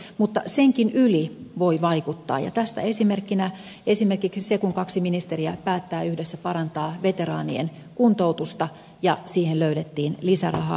mutta senkin yli voi vaikuttaa ja tästä esimerkkinä on se kun kaksi ministeriä päätti yhdessä parantaa veteraanien kuntoutusta ja siihen löydettiin lisärahaa